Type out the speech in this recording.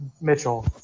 Mitchell